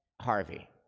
Harvey